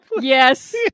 Yes